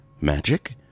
magic